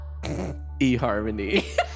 eharmony